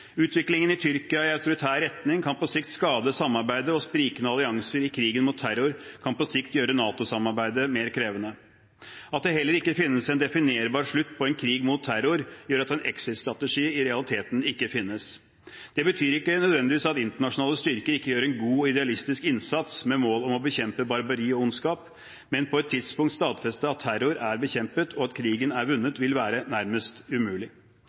Utviklingen i autoritær retning i Tyrkia kan på sikt skade samarbeidet, og sprikende allianser i krigen mot terror kan på sikt gjøre NATO-samarbeidet mer krevende. At det heller ikke finnes en definerbar slutt på en krig mot terror, gjør at en exit-strategi i realiteten ikke finnes. Det betyr ikke nødvendigvis at internasjonale styrker ikke gjør en god og idealistisk innsats, med mål om å bekjempe barbari og ondskap, men på et tidspunkt å stadfeste at terror er bekjempet, og at krigen er vunnet, vil være nærmest umulig.